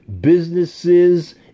businesses